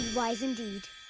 wise, indeed.